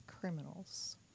criminals